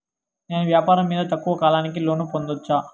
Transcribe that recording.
నేను వ్యాపారం మీద తక్కువ కాలానికి లోను పొందొచ్చా?